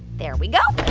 there we go